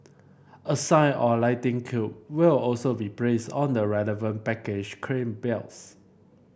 a sign or lightning cube will also be placed on the relevant baggage claim belts